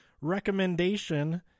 recommendation